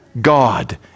God